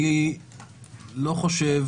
אני לא חושב